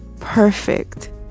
perfect